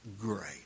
Great